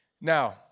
Now